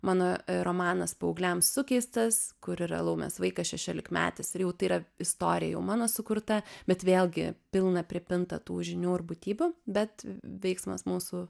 mano romanas paaugliams sukeistas kur yra laumės vaikas šešiolikmetis ir jau tai yra istorija jau mano sukurta bet vėlgi pilna pripinta tų žinių ir būtybių bet veiksmas mūsų